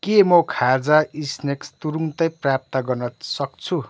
के म खाजा स्नेक्स तुरुन्तै प्राप्त गर्न सक्छु